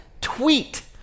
tweet